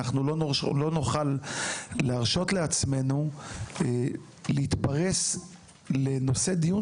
אבל לא נוכל להרשות לעצמו להתפרס לנושא דיון